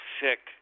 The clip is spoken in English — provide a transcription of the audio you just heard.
sick